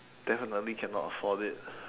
definitely cannot afford it